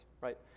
right